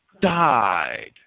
died